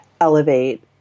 elevate